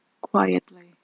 quietly